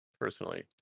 personally